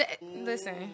listen